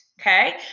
okay